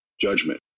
judgment